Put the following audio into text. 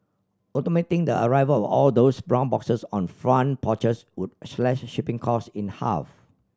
automating the arrival all those brown boxes on front porches would slash shipping costs in half